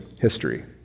history